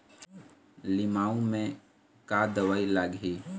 लिमाऊ मे का दवई लागिही?